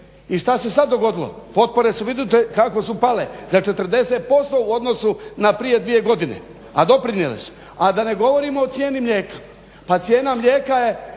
I šta se sad dogodilo? Potpore su …/Govornik se ne razumije./… kako su pale za 40% u odnosu na prije dvije godine, a doprinijele su, a da ne govorimo o cijeni mlijeka. Pa cijena mlijeka je